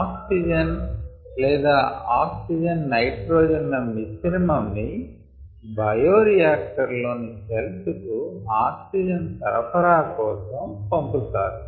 oxygen లేదా oxygen nitrogen ల మిశ్రమంని బయోరియాక్టర్ లోని సెల్స్ కు ఆక్సిజన్ సరఫరా కోసం పంపుతారు